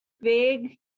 big